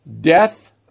Death